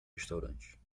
restaurante